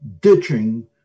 ditching